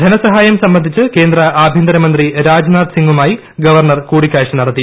ധനസഹായം സംബന്ധിച്ച് കേന്ദ്ര ആഭ്യന്തര മന്ത്രി രാജ്നാഥ് സിംഗുമായി ഗവർണ്ണർ കൂടിക്കാഴ്ച നടത്തി